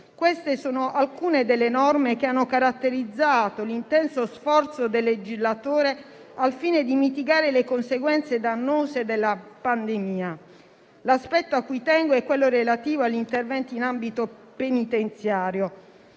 Queste sono alcune delle norme che hanno caratterizzato l'intenso sforzo del legislatore al fine di mitigare le conseguenze dannose della pandemia. L'aspetto a cui tengo è quello relativo agli interventi in ambito penitenziario.